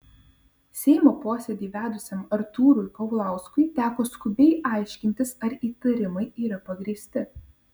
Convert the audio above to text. seimo posėdį vedusiam artūrui paulauskui teko skubiai aiškintis ar įtarimai yra pagrįsti